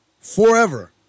Forever